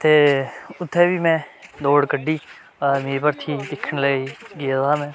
ते उत्थें बी में दौड़ कड्ढी आर्मी दी भरथी दिक्खन लेई गेदा हा में